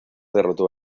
derrotó